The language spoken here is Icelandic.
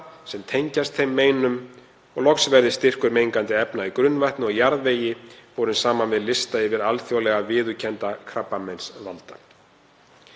sem tengjast þeim meinum og loks verði styrkur mengandi efna í grunnvatni og jarðvegi borinn saman við lista yfir alþjóðlega viðurkennda krabbameinsvalda.